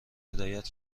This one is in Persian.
هدایت